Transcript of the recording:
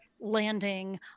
landing